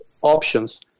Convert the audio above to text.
options